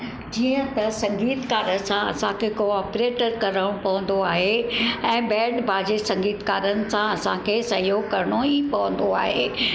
जीअं त संगीतकार सां असांखे कोऑपरेट करणो पवंदो आहे ऐं बैंड बाजे संगीतकारनि सां असांखे सहियोगु करणो ई पवंदो आहे